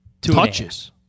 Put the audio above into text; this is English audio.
Touches